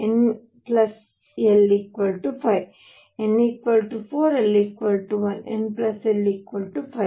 n l 5 ಆದರೆ n 4 l 1 n l 5